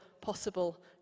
possible